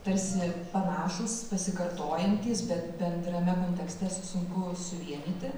tarsi panašūs pasikartojantys bet bendrame kontekste s sunku suvienyti